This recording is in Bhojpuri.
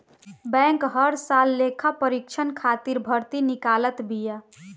बैंक हर साल लेखापरीक्षक खातिर भर्ती निकालत बिया